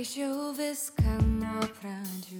aš jau viską nuo pradžių